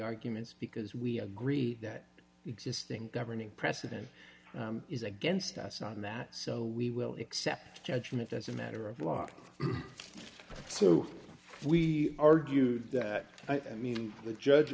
arguments because we agree that the existing governing precedent is against us on that so we will accept judgment as a matter of law so we argued that i mean the judge